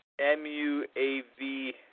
M-U-A-V